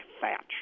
thatch